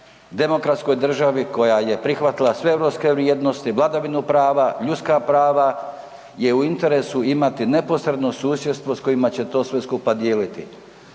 demokratskoj državi koja je prihvatila sve europske vrijednosti, vladavinu prava, ljudska prava je u interesu imati neposredno susjedstvo s kojima će to sve skupa dijeliti.